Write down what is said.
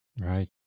Right